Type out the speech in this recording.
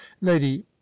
lady